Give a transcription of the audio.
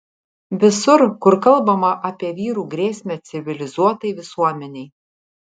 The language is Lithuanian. visur kur kalbama apie vyrų grėsmę civilizuotai visuomenei